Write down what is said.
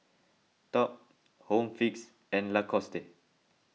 Top Home Fix and Lacoste